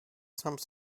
some